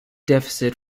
deficit